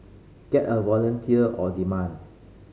get a volunteer on demand